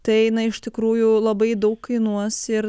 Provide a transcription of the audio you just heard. tai na iš tikrųjų labai daug kainuos ir